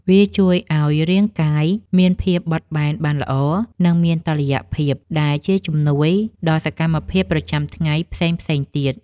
វាជួយឱ្យរាងកាយមានភាពបត់បែនបានល្អ និងមានតុល្យភាព ដែលជាជំនួយដល់សកម្មភាពប្រចាំថ្ងៃផ្សេងៗទៀត។